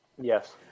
Yes